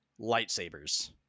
lightsabers